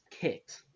kicked